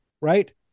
right